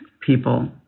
people